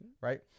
Right